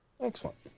Excellent